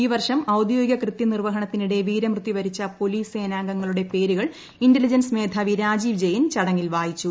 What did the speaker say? ഈ വർഷം ഔദ്യോഗിക പ്രൂ കൃത്യ നിർവ്വഹണത്തിനിടെ വീരമൃത്യുവരിച്ച പോലീസ്റ് സേനാംഗങ്ങളുടെ പേരുകൾ ഇന്റലിജൻസ് മേധാവി രാജീവ് ജെയിൻ ചടങ്ങിൽ വായിച്ചു